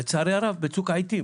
צערי הרב, בצוק העיתים.